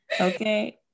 Okay